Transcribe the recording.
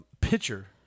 pitcher